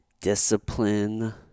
discipline